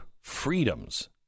freedoms